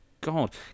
god